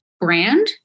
brand